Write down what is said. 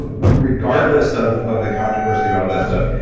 ah regardless of of the controversy about all that stuff.